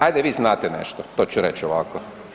Ajde vi znate nešto, to ću reć ovako.